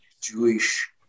Jewish